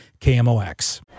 KMOX